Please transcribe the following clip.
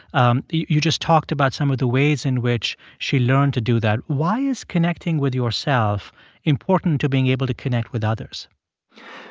um you just talked about some of the ways in which she learned to do that. why is connecting with yourself important to being able to connect with others?